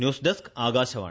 news desk Akashvani